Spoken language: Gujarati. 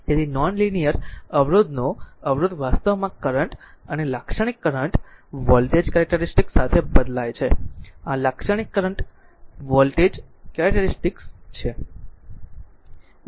તેથી નોન લીનીયર અવરોધનો અવરોધ વાસ્તવમાં કરંટ અને લાક્ષણિક કરંટ વોલ્ટેજ કેરેક્ટેરીસ્ટીક સાથે બદલાય છે આ લાક્ષણિક કરંટ વોલ્ટેજ કેરેક્ટેરીસ્ટીક છે